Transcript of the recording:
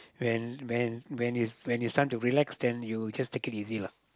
when when when it's when it's time to relax then you just take it easy lah